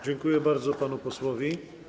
Dziękuję bardzo panu posłowi.